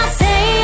say